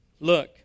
Look